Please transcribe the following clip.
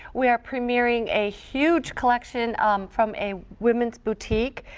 we're premiering a huge collection um from a women's boutique.